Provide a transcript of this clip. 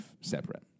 separate